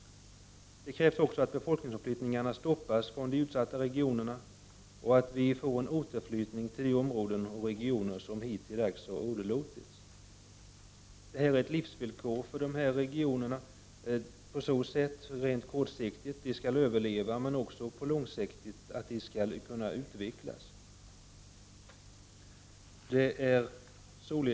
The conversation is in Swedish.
Det krävs också att befolkningsomflyttningarna stoppas från de utsatta regionerna, och att vi får en återflyttning till de områden och regioner som hittilldags har åderlåtits. Detta är ett livsvillkor för att dessa regioner på kort sikt skall överleva, men också utvecklas på lång sikt.